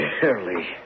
barely